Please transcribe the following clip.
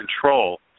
control